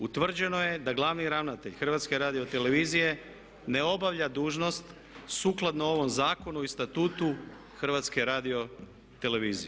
Utvrđeno je da glavni ravnatelj HRT-a ne obavlja dužnost sukladno ovom zakonu i statutu HRT-a.